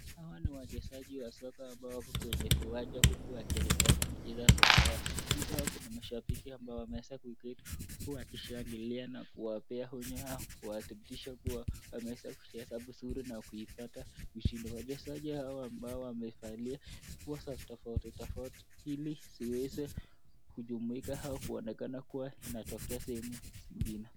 Hawa ni wachezaji wa soko ambao wako kwenye viwanja, huku wakiendelea kucheza soka yao. Nyuma Kuna mashambiki ambao wameweza kuketi huku, wakishangilia na kuwapea onyo hao waakikishe kuwa wameweza kucheza vizuri na kuweza kuipata ushindi . Wachezaji hawa ambao wamevalia nguo za tofauti tofauti ili ziweze kujumuika au kuonekana kuwa inatokeza hii mechi zingine.